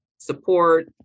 support